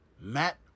Matt